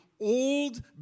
old